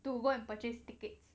to go and purchase tickets